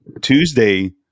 Tuesday